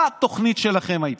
מה הייתה התוכנית שלכם?